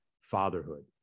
fatherhood